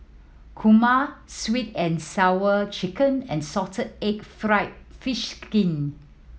kurma Sweet And Sour Chicken and salted egg fried fish skin